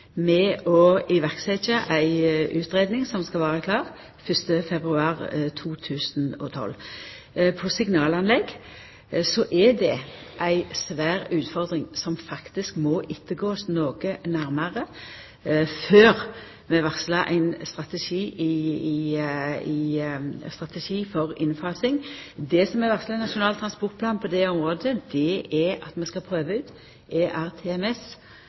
med å setja i verk ei utgreiing som skal vera klar 1. februar 2012. Når det gjeld signalanlegg, er det ei svær utfordring. Vi må gå igjennom dette noko nærmare før vi varslar ein strategi for innfasing. Det som er varsla i Nasjonal transportplan på det området, er at vi skal prøva ut ERTMS